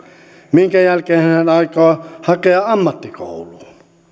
minkä jälkeen hän aikoo hakea ammattikouluun